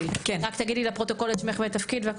רק תגידי לפרוטוקול את שמך ואת התפקיד.